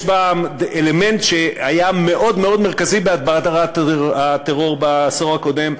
יש אלמנט שהיה מאוד מאוד מרכזי בהדברת הטרור בעשור הקודם,